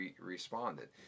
responded